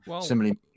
similarly